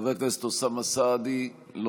חבר הכנסת אוסאמה סעדי,